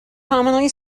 commonly